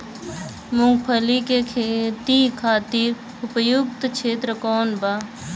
मूँगफली के खेती खातिर उपयुक्त क्षेत्र कौन वा?